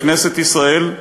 בכנסת ישראל,